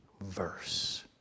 verse